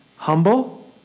Humble